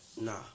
nah